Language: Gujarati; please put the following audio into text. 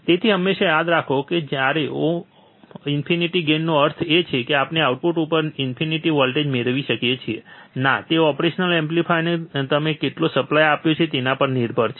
તેથી આ હંમેશા યાદ રાખો કે ઓહ ઈન્ફિનિટ ગેઇનનો અર્થ એ છે કે આપણે આઉટપુટ ઉપર ઈન્ફિનિટ વોલ્ટેજ મેળવી શકીએ છીએ ના તે ઓપરેશનલ એમ્પ્લીફાયરને તમે કેટલો સપ્લાય આપ્યો છે તેના પર નિર્ભર છે